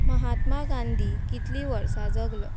महात्मा गांधी कितलीं वर्सां जगलो